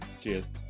Cheers